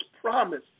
promise